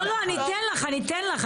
לא, לא, אני אתן לך, אני אתן לך.